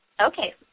Okay